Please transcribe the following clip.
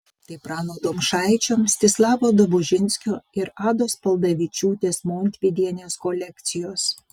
tai prano domšaičio mstislavo dobužinskio ir ados paldavičiūtės montvydienės kolekcijos